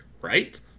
right